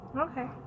Okay